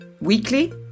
weekly